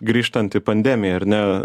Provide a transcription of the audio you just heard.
grįžtant į pandemiją ar ne